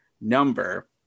number